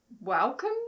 Welcome